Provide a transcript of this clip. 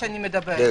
אדוני,